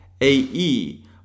A-E